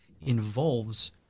involves